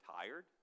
tired